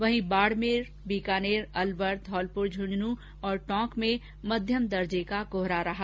वहीं बाडमेर बीकानेर अलवर धौलपुर ड्रुंड्रुनू और टोंक में मध्यम दर्जे का कोहरा रहा